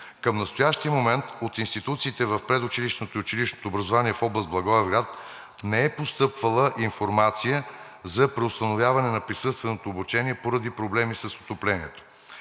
Към настоящия момент от институциите в предучилищното и училищното образование в област Благоевград не е постъпвала информация за преустановяване на присъственото обучение поради проблеми с отоплението.